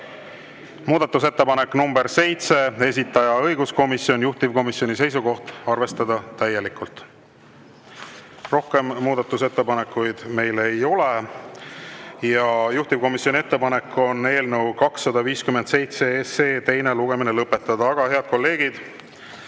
Muudatusettepanek nr 7, esitaja õiguskomisjon, juhtivkomisjoni seisukoht on arvestada täielikult. Rohkem muudatusettepanekuid meil ei ole. Juhtivkomisjoni ettepanek on eelnõu 257 teine lugemine lõpetada. Aga, head kolleegid,